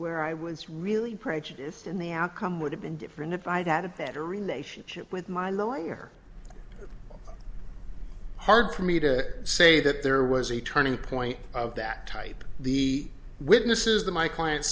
where i was really prejudice in the outcome would have been different if i'd had a better relationship with my lawyer hard for me to say that there was a turning point of that type the witnesses that my client